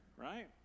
right